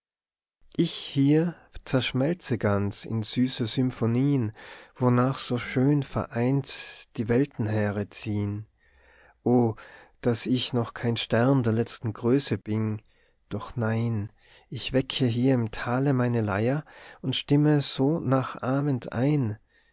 ich hier zerschmelze ganz in süße symphonien wonach so schön vereint die weltenheere ziehen o dass ich noch kein stern der letzten größe bin doch nein ich wecke hier im tale meine leier und stimme so nachahmend ein